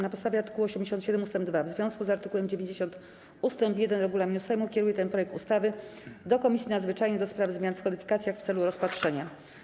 Na podstawie art. 87 ust. 2 w związku z art. 90 ust. 1 regulaminu Sejmu kieruję ten projekt ustawy do Komisji Nadzwyczajnej do spraw zmian w kodyfikacjach w celu rozpatrzenia.